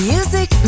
Music